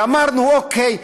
אמרנו: אוקיי,